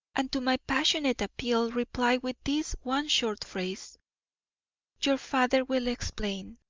and to my passionate appeal reply with this one short phrase your father will explain?